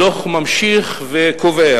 הדוח ממשיך וקובע